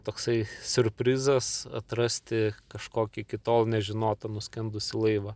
toksai siurprizas atrasti kažkokį iki tol nežinotą nuskendusį laivą